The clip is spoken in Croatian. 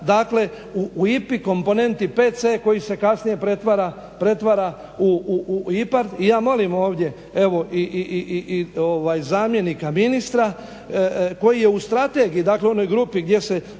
dakle u IPA-i komponenti 5C koji se kasnije pretvara u IPARD. I ja molim ovdje i zamjenika ministra koji je u strategiji dakle onoj grupi gdje se